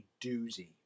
Doozy